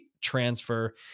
transfer